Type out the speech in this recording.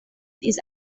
ist